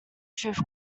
truth